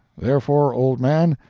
therefore, old man,